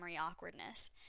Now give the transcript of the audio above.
awkwardness